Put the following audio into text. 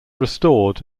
restored